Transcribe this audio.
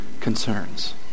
concerns